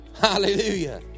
Hallelujah